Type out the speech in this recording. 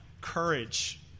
courage